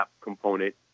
component